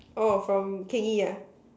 oh from ya